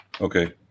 Okay